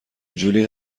جولی